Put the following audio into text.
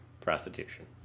prostitution